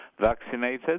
vaccinated